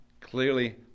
clearly